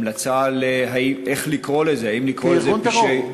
המלצה איך לקרוא לזה: האם לקרוא לזה פשעי,